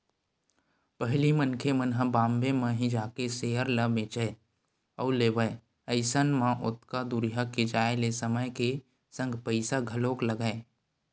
पहिली मनखे मन ह बॉम्बे म ही जाके सेयर ल बेंचय अउ लेवय अइसन म ओतका दूरिहा के जाय ले समय के संग पइसा घलोक लगय